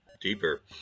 deeper